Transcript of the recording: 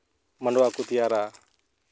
ᱢᱟᱰᱣᱟ ᱠᱚ ᱛᱮᱭᱟᱨᱟ